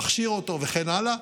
להכשיר אותו וכן הלאה.